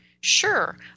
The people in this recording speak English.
Sure